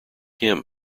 him